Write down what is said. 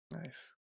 Nice